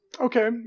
okay